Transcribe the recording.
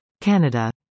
Canada